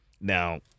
Now